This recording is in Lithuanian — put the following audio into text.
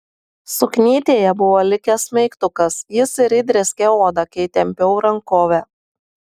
suknytėje buvo likęs smeigtukas jis ir įdrėskė odą kai tempiau rankovę